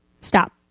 Stop